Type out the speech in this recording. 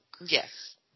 Yes